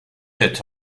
sept